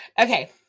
Okay